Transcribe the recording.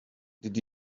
did